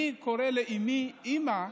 אני קורא לאימי "אימא",